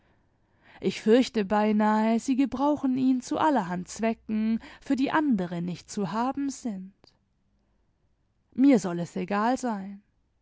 ich fürchte beinahe sie gebrauchen ihn zu allerhand zwecken für die andere nicht zu haben sind mir soll es egal sein